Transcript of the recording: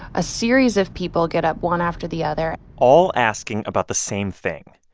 a series of people get up one after the other. all asking about the same thing.